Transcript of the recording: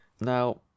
Now